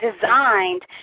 designed